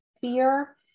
fear